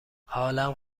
حالم